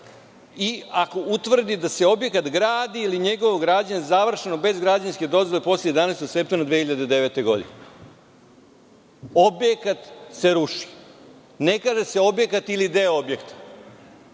i ako utvrdi da se objekat gradi ili je njegovo građenje završeno bez građevinske dozvole posle 11. septembra 2009. godine“. Objekat se ruši, ne kaže se objekat ili deo objekta. Druga